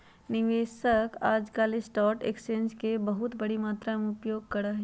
निवेशक आजकल stock exchange के बहुत बडी मात्रा में उपयोग करा हई